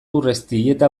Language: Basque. urreiztieta